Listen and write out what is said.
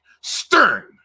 Stern